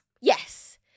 yes